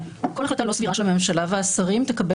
כל החלטה לא סבירה של הממשלה והשרים תקבל